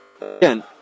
again